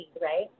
right